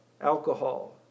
alcohol